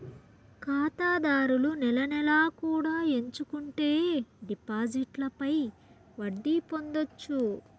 ఖాతాదారులు నెల నెలా కూడా ఎంచుకుంటే డిపాజిట్లపై వడ్డీ పొందొచ్చు